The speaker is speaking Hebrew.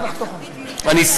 אני,